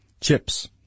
chips